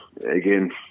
again